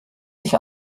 sich